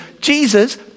Jesus